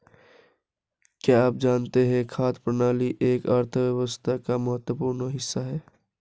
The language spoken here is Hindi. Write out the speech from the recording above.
क्या आप जानते है खाद्य प्रणाली एक अर्थव्यवस्था का महत्वपूर्ण हिस्सा है?